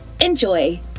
Enjoy